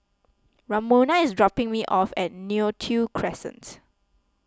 Ramona is dropping me off at Neo Tiew Crescent